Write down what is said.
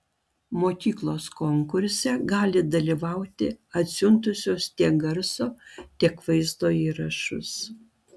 mokyklos konkurse gali dalyvauti atsiuntusios tiek garso tiek vaizdo įrašus